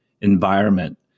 environment